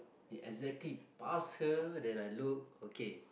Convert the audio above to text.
exactly pass her then I look okay